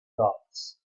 dots